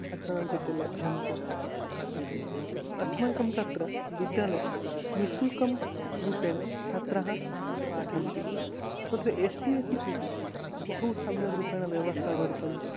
छात्राणां कृते उपलभ्यन्ते इति अस्माकं तत्र विद्यालये निश्शुल्कं रूपेण छात्राः पठन्ति तत्र एश्टि एस्सि कृते बहु सम्यग्रूपेण व्यवस्थाः वर्तन्ते